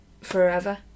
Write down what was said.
forever